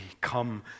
come